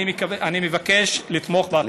אני מבקש לתמוך בהצעה.